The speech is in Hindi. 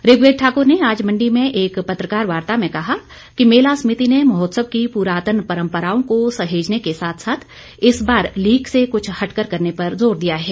ऋग्वेद ठाकुर ने आज मंडी में एक पत्रकार वार्ता में कहा कि मेला समिति ने महोत्सव की पुरातन परंपराओं को सहेजने के साथ साथ इस बार लीक से कुछ हटकर करने पर ज़ोर दिया है